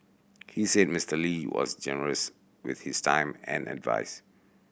he said Mister Lee was generous with his time and advise